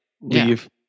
leave